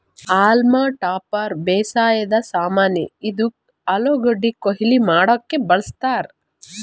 haulm topper ಬೇಸಾಯದ್ ಸಾಮಾನಿ, ಇದು ಆಲೂಗಡ್ಡಿ ಕೊಯ್ಲಿ ಮಾಡಕ್ಕ್ ಬಳಸ್ತಾರ್